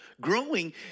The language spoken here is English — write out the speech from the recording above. growing